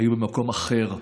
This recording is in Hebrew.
היו במקום אחר.